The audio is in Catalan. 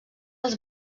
als